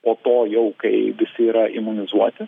po to jau kai visi yra imunizuoti